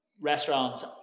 Restaurants